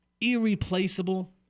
irreplaceable